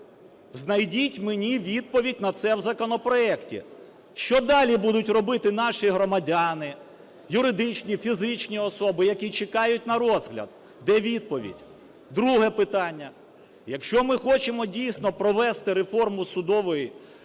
Знайдіть мені відповідь на це в законопроекті. Що далі будуть робити наші громадяни, юридичні, фізичні особи, які чекають на розгляд? Де відповідь? Друге питання. Якщо ми хочемо дійсно провести реформу судової системи